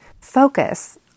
Focus